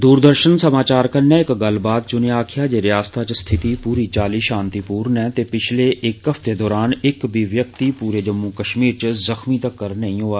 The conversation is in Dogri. दूरदर्शन समाचार कन्नै इक गल्लबात च उने आक्खेआ जे रिआसता च स्थिति पूरी चाल्ली शांतिपूर्ण ऐ ते पिछले इक हफ्ते दरान इक बी व्यक्ति पूरे जम्मू कश्मीर च जख्मी तक्कर नेई होआ